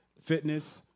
fitness